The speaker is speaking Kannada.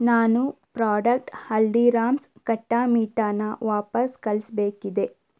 ನಾನು ಪ್ರಾಡಕ್ಟ್ ಹಲ್ದೀರಾಮ್ಸ್ ಕಟ್ಟಾ ಮೀಠಾನ ವಾಪಸ್ಸು ಕಳಿಸ್ಬೇಕಿದೆ